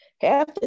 half